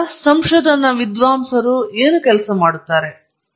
ನಂತರ ಸಂಶೋಧನಾ ವಿದ್ವಾಂಸರು ಏನು ಕೆಲಸ ಮಾಡುತ್ತಾರೆ